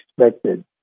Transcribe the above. expected